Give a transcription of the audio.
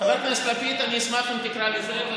חבר הכנסת לפיד, אני אשמח אם תקרא לי זאב.